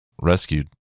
rescued